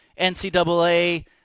ncaa